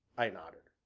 i nodded.